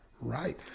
right